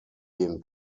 gehen